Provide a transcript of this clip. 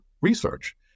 research